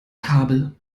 kabel